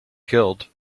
killed